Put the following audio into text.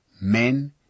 men